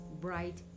bright